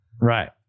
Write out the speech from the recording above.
right